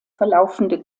verlaufende